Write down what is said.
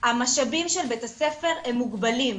המשאבים של בית הספר הם מוגבלים.